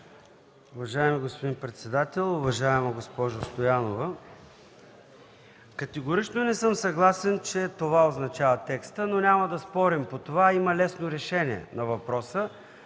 Уважаеми господин председател! Уважаема госпожо Стоянова, категорично не съм съгласен, че текстът означава точно това, но няма да спорим. Има лесно решение на въпроса.